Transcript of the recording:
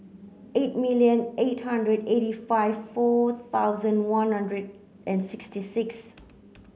eight million eight hundred eighty five four thousand one hundred and sixty six